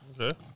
Okay